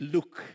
Look